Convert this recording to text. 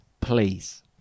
please